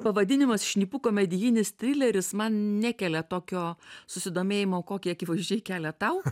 pavadinimas šnipų komedjinis trileris man nekelia tokio susidomėjimo kokį akivaizdžiai kelia tau